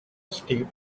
steep